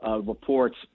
reports